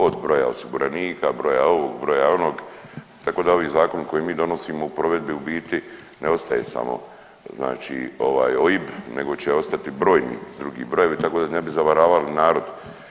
Od broja osiguranika, broja ovog, broja onog, tako da ovaj zakon koji mi donosimo u provedbi u biti ne ostaje samo znači ovaj OIB nego će ostati brojni drugi brojevi, tako da ne bi zavaravali narod.